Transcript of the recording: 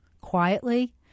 quietly